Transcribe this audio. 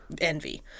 Envy